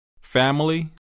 Family